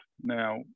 Now